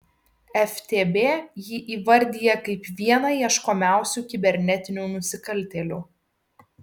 ftb jį įvardija kaip vieną ieškomiausių kibernetinių nusikaltėlių